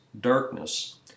darkness